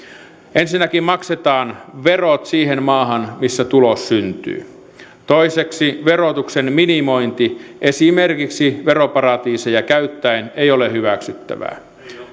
ensinnäkin maksetaan verot siihen maahan missä tulos syntyy toiseksi verotuksen minimointi esimerkiksi veroparatiiseja käyttäen ei ole hyväksyttävää